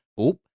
oop